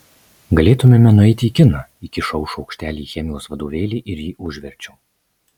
galėtumėme nueiti į kiną įkišau šaukštelį į chemijos vadovėlį ir jį užverčiau